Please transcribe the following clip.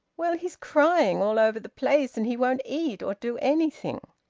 well, he's crying all over the place, and he won't eat, or do anything!